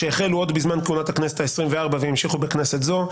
שהחלו עוד בזמן כהונת הכנסת העשרים וארבע והמשיכו בכנסת זו,